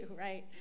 right